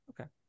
Okay